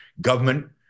government